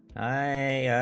i